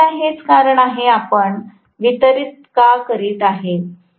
सामान्यत हेच कारण आहे आपण वितरित का करत आहे